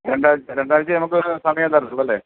രണ്ടാഴ്ച്ചേ നമുക്ക് സമയം തരത്തുള്ളൂ അല്ലേ